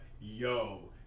yo